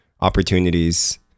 opportunities